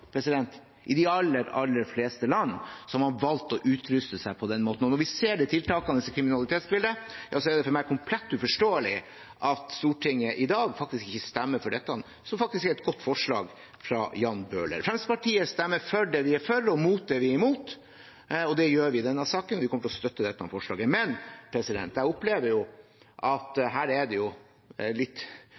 I de aller, aller fleste land har man valgt å utruste seg på den måten. Når vi ser det tiltakende kriminalitetsbildet, er det for meg komplett uforståelig at Stortinget i dag faktisk ikke stemmer for dette, som faktisk er et godt forslag fra Jan Bøhler. Fremskrittspartiet stemmer for det vi er for og mot det vi er mot. Det gjør vi i denne saken, og vi kommer til å støtte dette forslaget. Jeg opplever litt at vi her